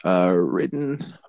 written